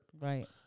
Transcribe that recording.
Right